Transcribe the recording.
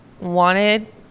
wanted